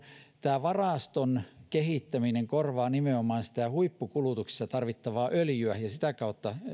tämä varaston kehittäminen korvaa nimenomaan sitä huippukulutuksessa tarvittavaa öljyä ja sitä kautta